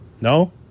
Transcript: No